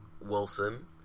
Wilson